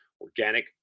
Organic